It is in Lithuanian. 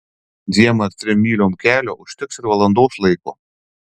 dviem ar trim myliom kelio užteks ir valandos laiko